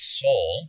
soul